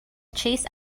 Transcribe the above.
chase